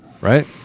right